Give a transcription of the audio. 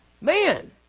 Man